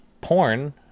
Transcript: porn